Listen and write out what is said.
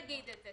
תגיד זה.